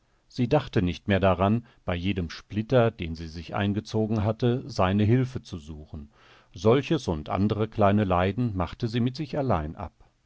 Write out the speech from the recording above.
sie dachte nicht mehr daran bei jedem splitter den sie sich eingezogen hatte seine hilfe zu suchen solches und andere kleine leiden machte sie mit sich allein ab